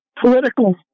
political